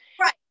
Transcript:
Right